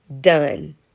Done